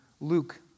Luke